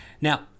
Now